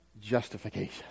justification